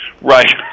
right